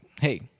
hey